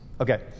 Okay